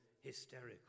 hysterical